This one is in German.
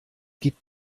gibt